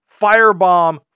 firebomb